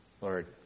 Lord